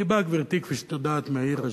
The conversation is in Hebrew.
אני בא, גברתי, כפי שאת יודעת, מהעיר אשדוד,